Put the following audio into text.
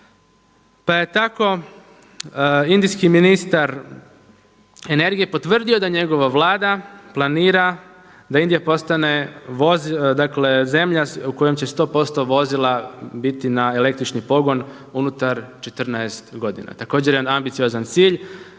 pa je tako indijski ministar energije potvrdio da njegova Vlada planira da Indija postane dakle zemlja u kojoj će 100% vozila biti na električni pogon unutar 14 godina. Također jedan ambiciozan cilj,